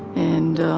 and,